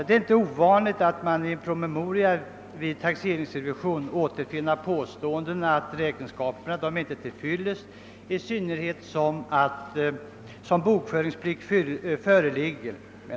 Det är inte ovanligt att i en promemoria vid taxeringsrevision återfinna påståendet att räkenskaperna inte är till fyllest »i synnerhet som bokföringsplikt föreligger».